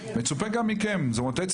האם